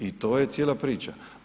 I to je cijela priča.